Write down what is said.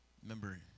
Remember